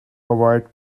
avoid